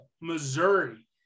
Missouri